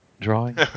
drawing